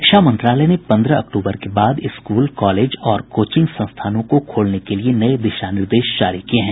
शिक्षा मंत्रालय ने पन्द्रह अक्टूबर के बाद स्कूल कॉलेज और कोचिंग संस्थानों को खोलने के लिए नये दिशा निर्देश जारी किये हैं